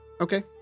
Okay